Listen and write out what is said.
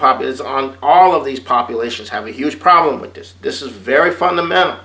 is on all of these populations have a huge problem with this this is very fundamental